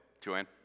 Joanne